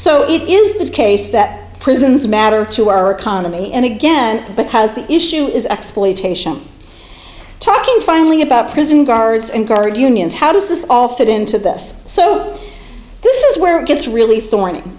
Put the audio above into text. so it is the case that prisons matter to our economy and again because the issue is exploitation talking finally about prison guards and guard unions how does this all fit into this so this is where it gets really thor